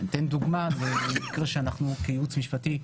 אתן דוגמה למקרה שאנחנו, כייעוץ משפטי,